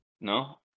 no